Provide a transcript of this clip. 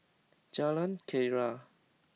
Jalan Keria